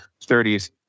30s